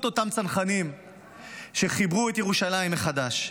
שבזכות אותם צנחנים שחיברו את ירושלים מחדש,